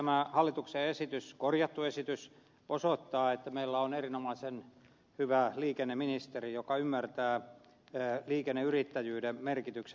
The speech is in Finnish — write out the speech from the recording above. tämä hallituksen esitys korjattu esitys osoittaa että meillä on erinomaisen hyvä liikenneministeri joka ymmärtää liikenneyrittäjyyden merkityksen